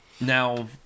Now